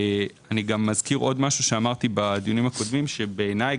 אני אזכיר עוד משהו שאמרתי בדיונים הקודמים: בעיניי,